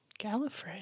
Gallifrey